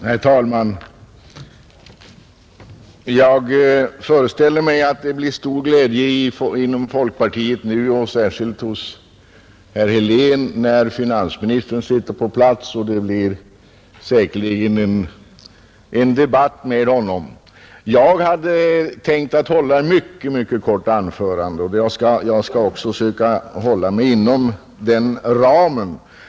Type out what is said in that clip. Herr talman! Jag föreställer mig att det nu blir stor glädje inom folkpartiet, och särskilt hos herr Helén, när finansministern sitter på plats och det säkerligen blir en debatt med honom. Jag hade tänkt hålla ett mycket kort anförande, och jag skall också försöka hålla mig inom den ramen.